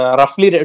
roughly